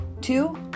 Two